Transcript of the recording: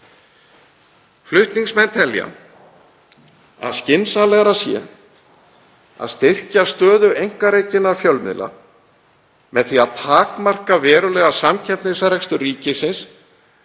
Flutningsmenn telja að skynsamlegra sé að styrkja stöðu einkarekinna fjölmiðla með því að takmarka verulega samkeppnisrekstur ríkisins